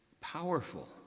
powerful